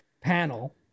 panel